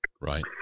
Right